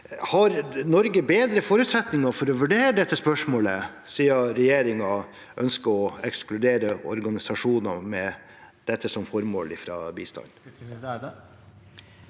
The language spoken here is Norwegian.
Har Norge bedre forutsetninger for å vurdere dette spørsmålet, siden regjeringen ønsker å ekskludere organisasjoner med dette som formål fra bistand?